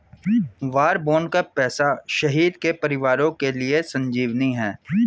वार bond का पैसा शहीद के परिवारों के लिए संजीवनी है